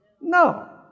No